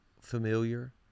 familiar